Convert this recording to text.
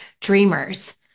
dreamers